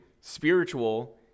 spiritual